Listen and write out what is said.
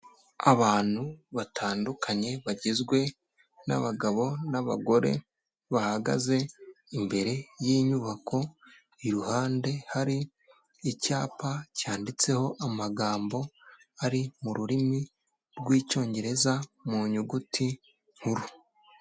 Abantu batandukanye bagizwe n'abagabo n'abagore, bahagaze imbere y'inyubako, iruhande hari icyapa cyanditseho amagambo ari mu rurimi rw'icyongereza, mu nyuguti nkuru.